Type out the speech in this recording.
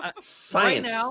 Science